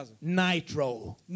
Nitro